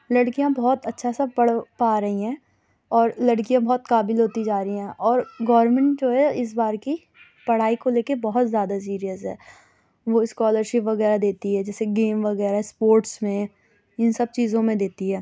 لڑکیاں بہت اچھا سا پڑھ پارہی ہیں اور لڑکیاں بہت قابل ہوتی جارہی ہیں اور گورمنٹ جو ہے اِس بار کی پڑھائی کو لے کے بہت زیادہ سیریس ہے وہ اسکالر شپ وغیرہ دیتی ہے جیسے گیم وغیرہ اسپورٹس میں اِن سب چیزوں میں دیتی ہے